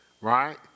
right